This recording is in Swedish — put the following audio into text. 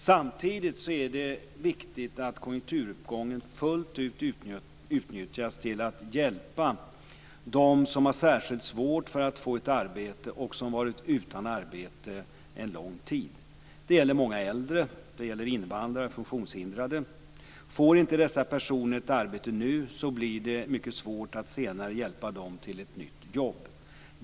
Samtidigt är det viktigt att konjunkturuppgången fullt ut utnyttjas till att hjälpa dem som har särskilt svårt att få ett arbete och som varit utan arbete lång tid. Det gäller många äldre. Det gäller invandrare och funktionshindrade. Får inte dessa personer ett arbete nu blir det mycket svårt att senare hjälpa dem till ett nytt jobb.